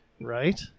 Right